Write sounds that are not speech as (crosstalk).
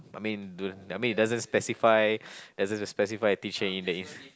I mean (noise) I mean it doesn't specify doesn't specify a teacher in that is